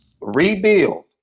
Rebuild